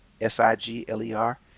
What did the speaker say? s-i-g-l-e-r